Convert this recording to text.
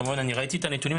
כמובן ראיתי את הנתונים,